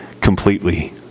completely